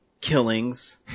killings